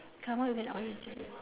come out with an origin